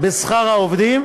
בשכר העובדים,